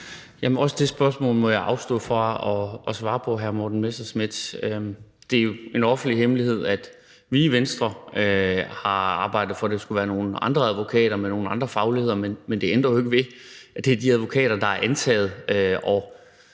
det spørgsmål må jeg afstå fra at svare på, hr. Morten Messerschmidt. Det er jo en offentlig hemmelighed, at vi i Venstre har arbejdet for, at det skulle være nogle andre advokater med nogle andre fagligheder, men det ændrer jo ikke ved, at det er de advokater, der er antaget,